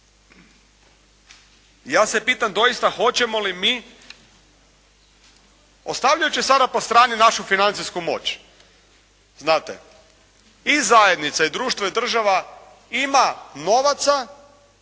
Ja se pitam doista hoćemo li mi ostavljajući sada po strani našu financijsku moć znate i zajednica, i društvo, i država ima novaca